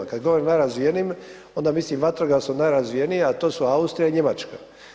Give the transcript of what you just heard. Kad govorim najrazvijenijim onda mislim vatrogasno najrazvijenije, a to su Austrija i Njemačka.